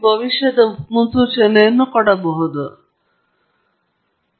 ಶೀತಕ ಹರಿವಿನ ಬದಲಾವಣೆಗಳು ಮತ್ತು ಇತರ ಸಂವೇದಕ ಶಬ್ದದಿಂದ ಅಥವಾ ಯಾವುದೇ ಅಡಚಣೆಯಿಂದಾಗಿ ಒಂದು ಪರಿಣಾಮ